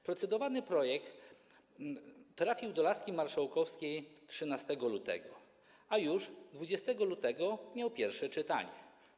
Procedowany projekt trafił do laski marszałkowskiej 13 lutego, a już 20 lutego było pierwsze czytanie.